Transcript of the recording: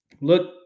Look